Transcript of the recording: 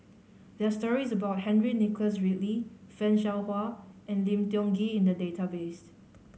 there are stories about Henry Nicholas Ridley Fan Shao Hua and Lim Tiong Ghee in the database